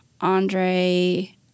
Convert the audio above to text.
Andre